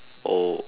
oh